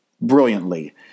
brilliantly